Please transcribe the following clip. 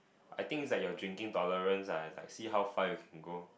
I think is like your drinking tolerance ah is like see how far you can go